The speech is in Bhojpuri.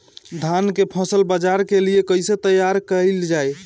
धान के फसल बाजार के लिए कईसे तैयार कइल जाए?